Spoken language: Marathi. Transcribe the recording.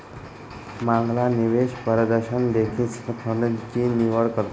मांगला निवेश परदशन देखीसन फंड नी निवड करतस